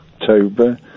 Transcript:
October